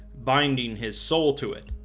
binding his soul to it.